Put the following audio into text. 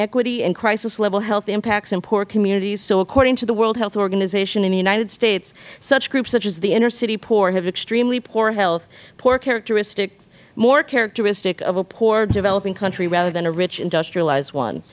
inequity and crisis level health impacts in poor communities so according to the world health organization in the united states such groups such as the inner city poor have extremely poor health poor characteristic more characteristic of a poor developing country rather than a rich industrialized one